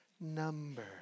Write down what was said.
number